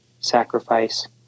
sacrifice